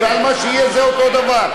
ועל מה שיהיה זה אותו דבר.